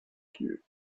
lieu